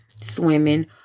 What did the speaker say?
swimming